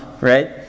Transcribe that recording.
right